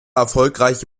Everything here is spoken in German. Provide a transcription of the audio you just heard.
erfolgreiche